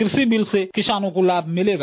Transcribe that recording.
कृषि बिल से किसानों को लाभ मिलेगा